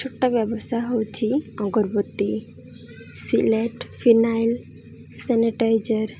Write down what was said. ଛୋଟ ବ୍ୟବସାୟ ହେଉଛି ଅଗର୍ବତୀ ସିଲେଟ ଫିନାଇଲ ସେନିଟାଇଜର